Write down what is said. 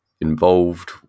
involved